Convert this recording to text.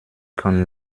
kann